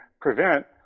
prevent